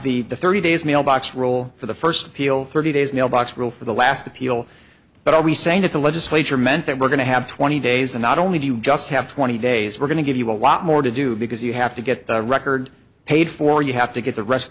have the thirty days mailbox rule for the first appeal thirty days mailbox rule for the last appeal but are we saying that the legislature meant that we're going to have twenty days and not only do you just have twenty days we're going to give you a lot more to do because you have to get the record paid for you have to get the rest